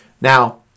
Now